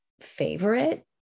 favorite